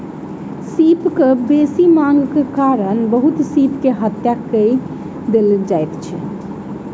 सीपक बेसी मांगक कारण बहुत सीप के हत्या कय देल जाइत अछि